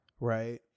Right